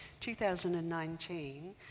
2019